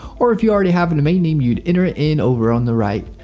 or if you already have a domain name, you'd enter it in over on the right.